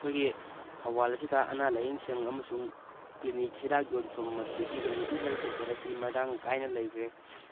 ꯑꯩꯈꯣꯏꯒꯤ ꯊꯧꯕꯥꯜ ꯑꯁꯤꯗ ꯑꯅꯥ ꯂꯥꯏꯌꯦꯡ ꯁꯪ ꯑꯃꯁꯨꯡ ꯀ꯭ꯂꯤꯅꯤꯛ ꯍꯤꯗꯥꯛ ꯌꯣꯟꯐꯝ ꯑꯗꯨꯗꯒꯤ ꯀꯃ꯭ꯌꯨꯅꯤꯇꯤ ꯍꯦꯜꯊ ꯁꯦꯟꯇꯔ ꯑꯁꯤ ꯃꯔꯥꯡ ꯀꯥꯏꯅ ꯂꯩꯈ꯭ꯔꯦ